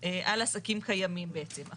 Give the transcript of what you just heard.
על עסקים קיימים בעצם.